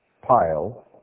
pile